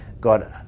got